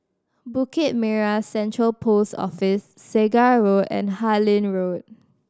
Bukit Merah Central Post Office Segar Road and Harlyn Road